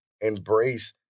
embrace